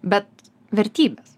bet vertybės